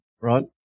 right